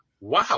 Wow